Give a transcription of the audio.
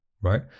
right